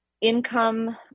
income